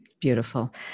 Beautiful